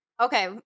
Okay